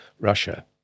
Russia